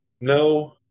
No